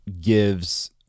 gives